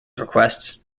requests